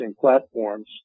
platforms